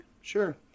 sure